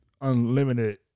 unlimited